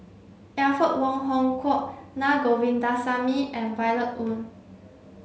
Alfred Wong Hong Kwok Naa Govindasamy and Violet Oon